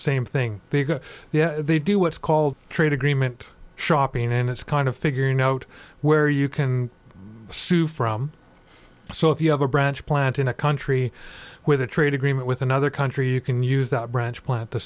same thing they go yeah they do what's called trade agreement shopping and it's kind of figuring out where you can sue from so if you have a branch plant in a country with a trade agreement with another country you can use that branch plant t